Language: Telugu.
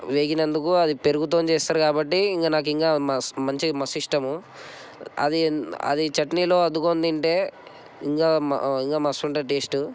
వేగినందుకు అది పెరుగుతోని చేస్తారు కాబట్టి ఇంకా నాకు ఇంకా మంచిగా మస్తు ఇష్టము అది అది చట్నీలో అడ్డుకుని తింటే ఇంకా ఇంకా మస్తు ఉంటుంది టేస్టు